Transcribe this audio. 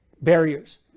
barriers